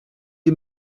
you